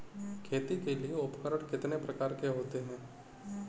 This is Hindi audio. खेती के लिए उपकरण कितने प्रकार के होते हैं?